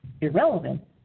irrelevant